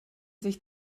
sich